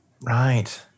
Right